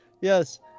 Yes